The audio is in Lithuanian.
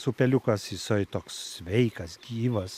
upeliukas jisai toks sveikas gyvas